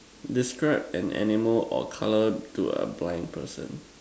describe an animal or colour to a blind person